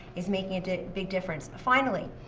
is making a big difference. finally,